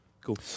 Cool